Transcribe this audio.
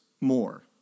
more